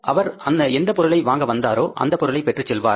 அவர் எந்த பொருளை வாங்க வந்தாரோ அந்த பொருளை பெற்றுச் செல்வார்